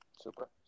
Super